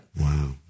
wow